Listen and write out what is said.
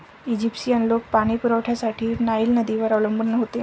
Egyptian लोक पाणी पुरवठ्यासाठी नाईल नदीवर अवलंबून होते